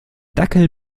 dackel